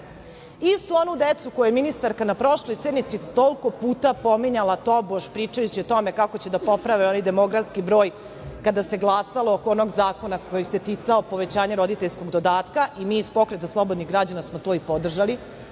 istu onu decu koju je ministarka na prošloj sednici toliko puta pominjala tobož pričajući o tome kako će da poprave oni demografski broj, kada se glasalo o onom zakonu koji se ticao povećanja roditeljskog dodatka. Mi iz Pokreta slobodnih građana smo to i podržali,